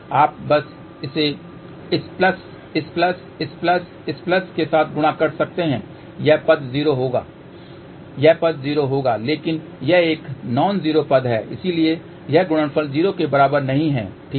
आप बस इसे इस प्लस इस प्लस इस प्लस इस प्लस के साथ गुणा कर सकते हैं यह पद 0 होगा यह पद 0 होगा लेकिन यह एक नॉन जीरो पद है इसलिए यह गुणनफल 0 के बराबर नहीं है ठीक है